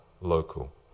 local